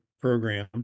program